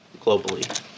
globally